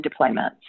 deployments